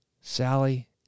Sally